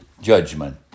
judgment